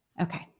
Okay